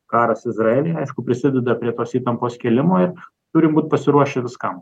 karas izraely aišku prisideda prie tos įtampos kėlimo turim būt pasiruošę viskam